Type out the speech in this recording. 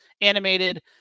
animated